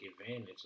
advantage